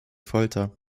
folter